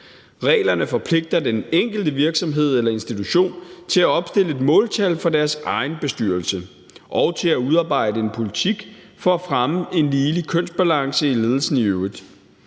Reglerne forpligter den enkelte virksomhed eller institution til at opstille et måltal for deres egen bestyrelse og til at udarbejde en politik for at fremme en ligelig kønsbalance i ledelsen i øvrigt.